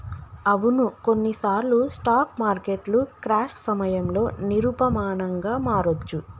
అవును కొన్నిసార్లు స్టాక్ మార్కెట్లు క్రాష్ సమయంలో నిరూపమానంగా మారొచ్చు